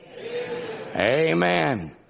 Amen